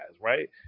right